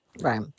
Right